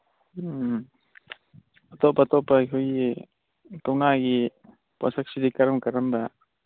ꯎꯝ ꯑꯇꯣꯞ ꯑꯇꯣꯞꯄ ꯑꯩꯈꯣꯏꯒꯤ ꯀꯧꯅꯥꯒꯤ ꯄꯣꯠꯁꯛꯁꯤꯗꯤ ꯀꯔꯝ ꯀꯔꯝꯕ